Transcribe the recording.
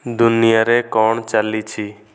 ଦୁନିଆରେ କଣ ଚାଲିଛି